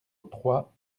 trois